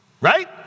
Right